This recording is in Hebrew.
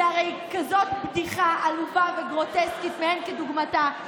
זה הרי כזאת בדיחה עלובה וגרוטסקית שאין כדוגמתה.